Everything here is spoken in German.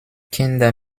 kinder